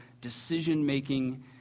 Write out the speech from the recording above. decision-making